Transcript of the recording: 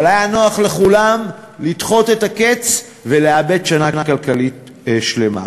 אבל היה נוח לכולם לדחות את הקץ ולאבד שנה כלכלית שלמה.